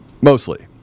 mostly